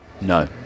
No